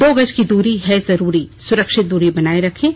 दो गज की दूरी है जरूरी सुरक्षित दूरी बनाए रखें